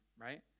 right